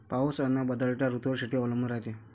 पाऊस अन बदलत्या ऋतूवर शेती अवलंबून रायते